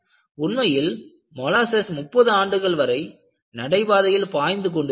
உண்மையில் மொலாஸஸ் 30 ஆண்டுகள் வரை நடைபாதையில் பாய்ந்து கொண்டு இருந்தது